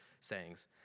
sayings